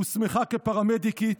הוסמכה כפרמדיקית,